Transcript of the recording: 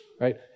right